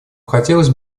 хотелось